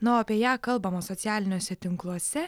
na o apie ją kalbama socialiniuose tinkluose